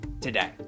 today